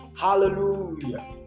Hallelujah